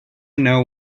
know